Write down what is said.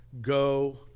go